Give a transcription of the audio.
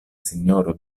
sinjoro